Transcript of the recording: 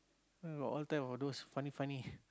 got all type of those funny funny